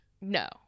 no